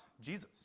Jesus